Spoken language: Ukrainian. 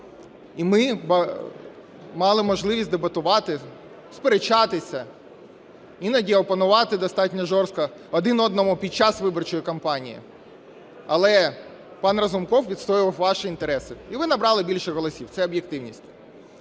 І ми мали можливість дебатувати, сперечатися, іноді опонувати достатньо жорстко один одному під час виборчої кампанії. Але пан Разумков відстоював ваші інтереси і ви набрали більше голосів – це об'єктивність.